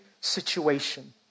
situation